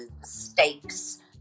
stakes